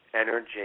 energy